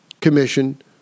commission